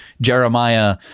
Jeremiah